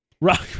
Rock